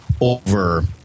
over